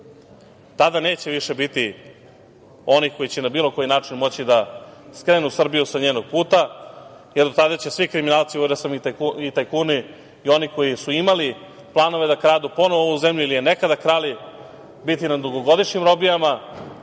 Tada neće više biti onih koji će na bilo koji način moći da skrenu Srbiju sa njenog puta, jer do tada će svi kriminalci i tajkuni i oni koji su imali planove da kradu ponovo ovu zemlju ili je nekada krali, biti na dugogodišnjim robijama.